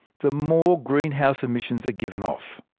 the more greenhouse emissions are given off.